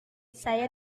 saya